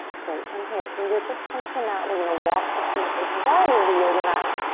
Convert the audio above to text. great, from here fingertips come to the mat. we're gonna walk the feet is wide as the yoga mat.